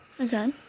Okay